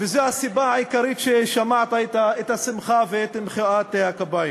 וזו הסיבה העיקרית לשמחה ששמעת ולמחיאות הכפיים.